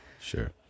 sure